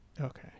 Okay